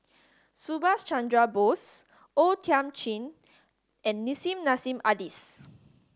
Subhas Chandra Bose O Thiam Chin and Nissim Nassim Adis